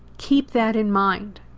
keep that in mind.